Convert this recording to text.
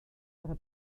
ihre